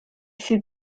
fut